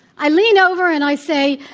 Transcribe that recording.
i lean over and i say,